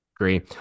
agree